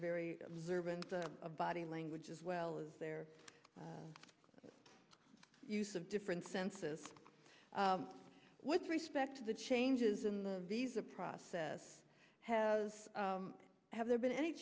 very observant of body language as well as their use of different senses with respect to the changes in the visa process have have there been any